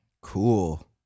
cool